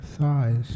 thighs